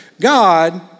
God